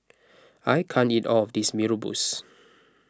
I can't eat all of this Mee Rebus